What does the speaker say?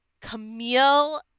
Camille